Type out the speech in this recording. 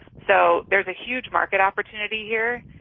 so there's a huge market opportunity here.